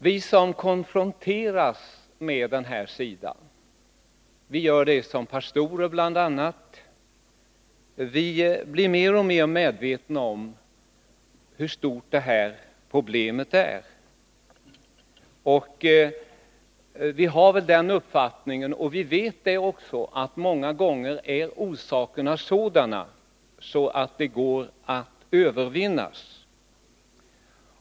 Vi som konfronteras med detta problem, bl.a. i egenskap av pastorer, blir mer och mer medvetna om hur stort det är. Vi vet att orsakerna till skilsmässor många gånger är av sådant slag att de skulle kunna elimineras.